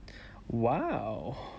!wow!